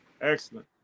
Excellent